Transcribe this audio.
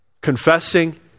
confessing